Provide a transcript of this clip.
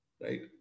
Right